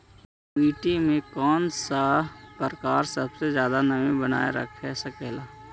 मिट्टी के कौन प्रकार सबसे जादा नमी बनाएल रख सकेला?